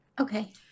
Okay